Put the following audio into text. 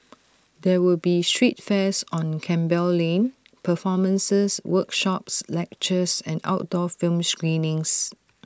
there will be street fairs on Campbell lane performances workshops lectures and outdoor film screenings